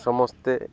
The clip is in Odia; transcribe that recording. ସମସ୍ତେ